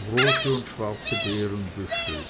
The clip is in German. rote und schwarze beerenbüschel